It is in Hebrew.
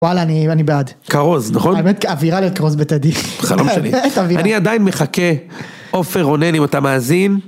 וואלה, אני בעד. כרוז, נכון? האמת, אווירה להיות כרוז בטדי. חלום שלי. את אווירה. אני עדיין מחכה עופר רונן אם אתה מאזין.